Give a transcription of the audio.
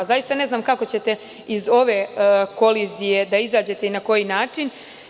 Ne znam kako ćete iz ove kolizije da izađete i na koji način.